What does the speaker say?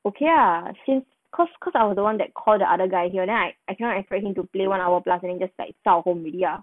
okay lah since cause cause I don't want that to call the other guy here then I I cannot expect him to play one hour plus then just like zao home alreaady ah